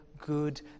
good